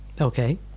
Okay